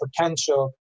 potential